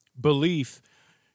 belief